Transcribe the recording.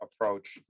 approach